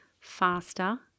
faster